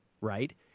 right